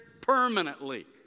permanently